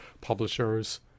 publishers